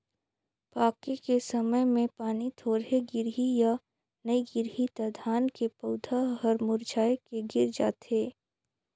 पाके के समय मे पानी थोरहे गिरही य नइ गिरही त धान के पउधा हर मुरझाए के गिर जाथे